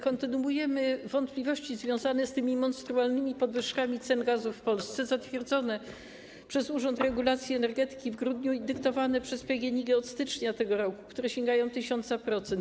Kontynuujemy kwestię wątpliwości związanych z tymi monstrualnymi podwyżkami cen gazu w Polsce zatwierdzonymi przez Urząd Regulacji Energetyki w grudniu i dyktowanymi przez PGNiG od stycznia tego roku, które sięgają 1000%.